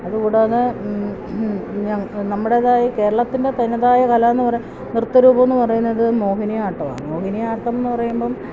അതുകൂടാതെ നമ്മുടേതായ കേരളത്തിൻ്റെ തനതായ കലയെന്ന് നൃത്തരൂപമെന്ന് പറയുന്നത് മോഹിനിയാട്ടമാണ് മോഹിനിയാട്ടമെന്ന് പറയുമ്പോള്